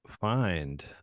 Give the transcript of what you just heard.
find